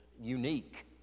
unique